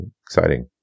exciting